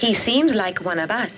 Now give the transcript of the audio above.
he seems like when i b